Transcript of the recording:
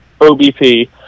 OBP